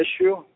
issue